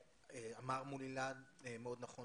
אמר מולי להד מאוד נכון,